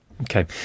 Okay